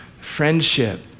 friendship